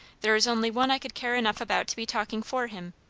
there is only one i could care enough about to be talking for him.